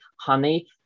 honey